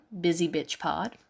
busybitchpod